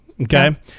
Okay